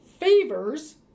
fevers